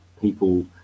people